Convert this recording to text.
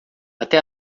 até